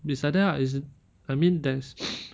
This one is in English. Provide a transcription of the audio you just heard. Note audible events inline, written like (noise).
it's like that ah it's I mean there's (noise)